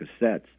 cassettes